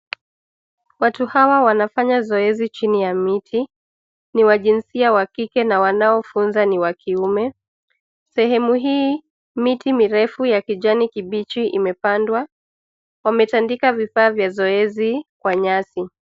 Watu hawa wanafanya zoezi chini ya miti . Ni wa jinsia wa kike na wanaofunza ni wakiume. Sehemu hii miti mirefu ya kijani kibichi imepandwa. Wametandika vifaa vya zoezi kwa nyasi.